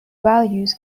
values